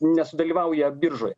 nesudalyvauja biržoj